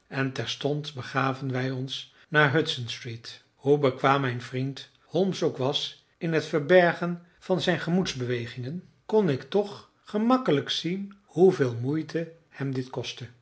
en terstond begaven wij ons naar hudson street hoe bekwaam mijn vriend holmes ook was in het verbergen van zijn gemoedsbewegingen kon ik toch gemakkelijk zien hoeveel moeite hem dit kostte